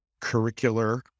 curricular